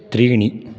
त्रीणि